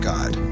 God